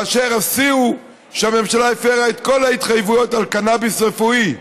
כאשר השיא הוא שהממשלה הפרה את כל ההתחייבויות על קנאביס רפואי: